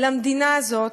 למדינה הזאת,